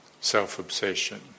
self-obsession